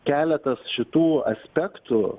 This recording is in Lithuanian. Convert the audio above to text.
keletas šitų aspektų